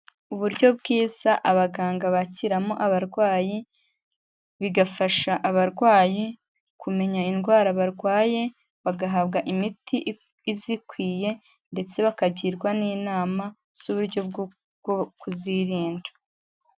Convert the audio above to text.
Uburyo bwiza abaganga bakiramo abarwayi, bigafasha abarwayi kumenya indwara barwaye, bagahabwa imiti izikwiye ndetse bakagirwa n'inama z'uburyo bwo kuzirinda.